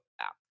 app